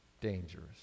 dangerous